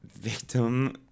victim